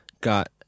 got